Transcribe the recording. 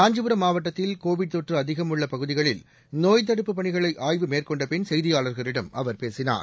காஞ்சிபுரம் மாவட்டத்தில் கோவிட் தொற்று அதிகம் உள்ள பகுதிகளில் நோய்த் தடுப்புப் பணிகளை ஆய்வு மேற்கொண்ட பின் செய்தியாளர்களிடம் அவர் பேசினார்